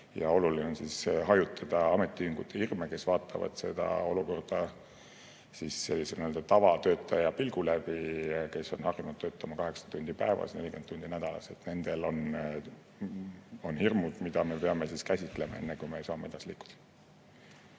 Oluline on hajutada ametiühingute hirme, kes vaatavad seda olukorda nii-öelda tavatöötaja pilgu läbi, kes on harjunud töötama kaheksa tundi päevas ja 40 tundi nädalas. Nendel on hirmud, mida me peame käsitlema, enne kui saame edasi liikuda.